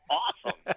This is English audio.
awesome